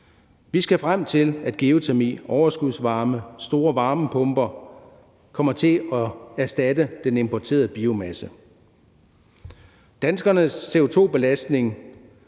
Vi skal frem til, at geotermi, overskudsvarme, store varmepumper kommer til at erstatte den importerede biomasse. Danskernes CO2-belastning